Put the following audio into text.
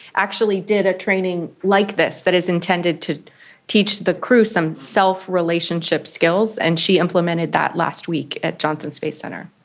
actually did a training like this that is intended to teach the crew some self-relationship skills, and she implemented that last week at johnson space centre.